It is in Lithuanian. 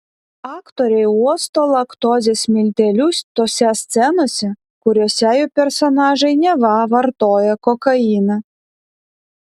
aktoriai uosto laktozės miltelius tose scenose kuriose jų personažai neva vartoja kokainą